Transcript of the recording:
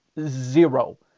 zero